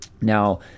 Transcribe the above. now